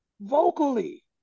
vocally